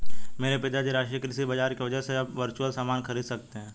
मेरे पिताजी राष्ट्रीय कृषि बाजार की वजह से अब वर्चुअल सामान खरीद सकते हैं